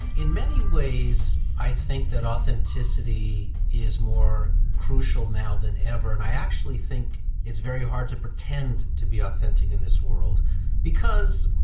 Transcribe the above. in many ways i think that authenticity is more crucial now than ever, and i actually think it's very hard to pretend to be authentic in this world because,